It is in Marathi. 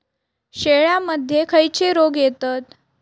शेळ्यामध्ये खैचे रोग येतत?